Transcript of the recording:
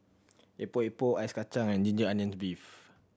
Epok Epok ice kacang and ginger onions beef